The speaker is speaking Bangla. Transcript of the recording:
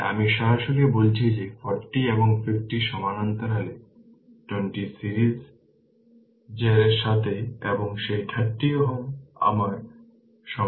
তাই আমি সরাসরি বলেছি যে 40 এবং 50 সমান্তরালে 20 সিরিজের সাথে এবং সেই 30 Ω আবার সমান্তরালে